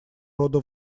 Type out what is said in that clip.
рода